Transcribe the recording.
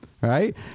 right